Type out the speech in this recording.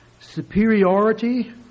Superiority